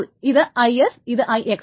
അപ്പോൾ ഇത് IS ഇത് IX